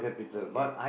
okay